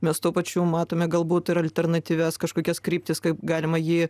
mes tuo pačiu matome galbūt ir alternatyvias kažkokias kryptis kaip galima jį